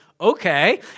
okay